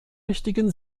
richtigen